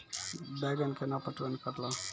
बैंगन केना पटवन करऽ लो?